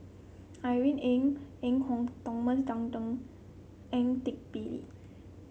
Irene Ng Phek Hoong Thomas Dunman Ang Teck Bee